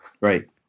Right